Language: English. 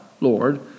Lord